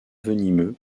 venimeux